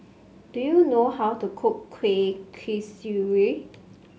do you know how to cook Kueh Kasturi